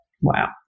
Wow